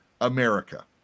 America